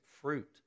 fruit